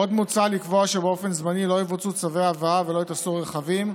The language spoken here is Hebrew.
עוד מוצע לקבוע שבאופן זמני לא יבוצעו צווי הבאה ולא ייתפסו רכבים.